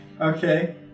Okay